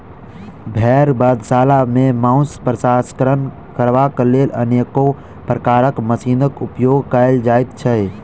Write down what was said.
भेंड़ बधशाला मे मौंस प्रसंस्करण करबाक लेल अनेको प्रकारक मशीनक उपयोग कयल जाइत छै